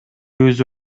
өзү